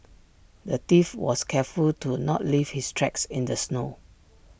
the thief was careful to not leave his tracks in the snow